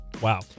Wow